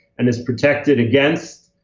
and is protected against